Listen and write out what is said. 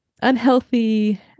unhealthy